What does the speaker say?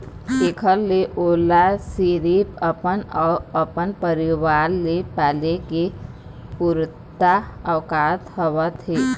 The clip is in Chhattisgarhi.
एखर ले ओला सिरिफ अपन अउ अपन परिवार ल पाले के पुरता आवक होवत हे